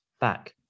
back